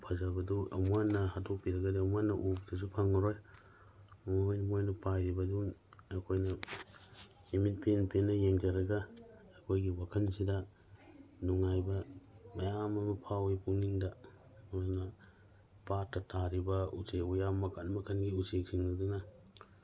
ꯐꯖꯕꯗꯨ ꯑꯃꯨꯛ ꯍꯟꯅ ꯍꯥꯠꯇꯣꯛꯄꯤꯔꯒꯗꯤ ꯑꯃꯨꯛ ꯍꯟꯅ ꯎꯕꯗꯁꯨ ꯐꯪꯉꯔꯣꯏ ꯃꯣꯏꯅ ꯄꯥꯏꯔꯤꯕꯗꯨ ꯑꯩꯈꯣꯏꯅ ꯏꯃꯤꯠ ꯄꯦꯟꯅ ꯄꯦꯟꯅ ꯌꯦꯡꯖꯔꯒ ꯑꯩꯈꯣꯏꯒꯤ ꯋꯥꯈꯟꯁꯤꯗ ꯅꯨꯡꯉꯥꯏꯕ ꯃꯌꯥꯝ ꯑꯃ ꯐꯥꯎꯏ ꯄꯨꯛꯅꯤꯡꯗ ꯑꯗꯨꯅ ꯄꯥꯠꯇ ꯇꯥꯔꯤꯕ ꯎꯆꯦꯛ ꯋꯥꯌꯥ ꯃꯈꯟ ꯃꯈꯟꯒꯤ ꯎꯆꯦꯛꯁꯤꯡ ꯑꯗꯨꯅ